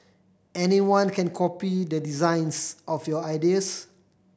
anyone can copy the designs of your ideas